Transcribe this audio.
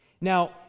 Now